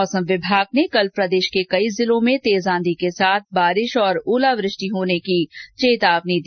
मौसम विभाग ने कल प्रदेश के कई जिलों में तेज आंधी के साथ बारिश और ओलावृष्टि होने की चेतावनी जारी की है